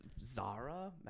Zara